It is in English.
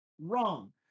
Wrong